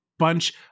bunch